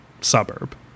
suburb